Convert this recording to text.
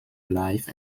life